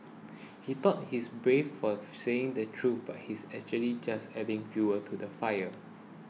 he thought he's brave for saying the truth but he's actually just adding fuel to the fire